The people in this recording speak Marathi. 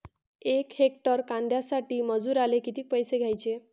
यक हेक्टर कांद्यासाठी मजूराले किती पैसे द्याचे?